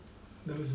those